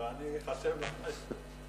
ואני אחשיב לך את זה.